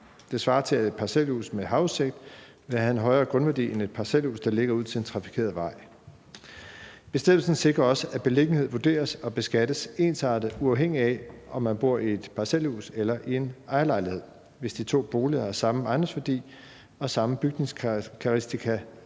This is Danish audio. Det svarer til, at et parcelhus med havudsigt vil have en højere grundværdi end et parcelhus, der ligger ud til en trafikeret vej. Bestemmelsen sikrer også, at beliggenhed vurderes og beskattes ensartet, uafhængigt af om man bor i et parcelhus eller i en ejerlejlighed, hvis de to boliger har samme ejendomsværdi og samme bygningskarakteristika,